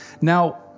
now